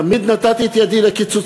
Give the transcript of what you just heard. תמיד נתתי את ידי לקיצוצים,